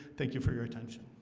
thank you for your attention